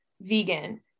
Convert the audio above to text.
vegan